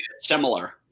Similar